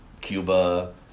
Cuba